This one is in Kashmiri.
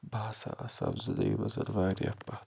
بہٕ ہسا آسہٕ ہَو زندگی منٛز واریاہ پَتھ